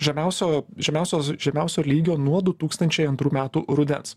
žemiausio žemiausios žemiausio lygio nuo du tūkstančiai antrų metų rudens